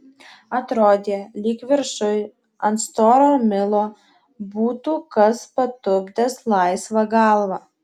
atrodė lyg viršuj ant storo milo būtų kas patupdęs laisvą galvą